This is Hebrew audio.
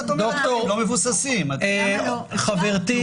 ואז את אומרת נתונים לא מבוססים.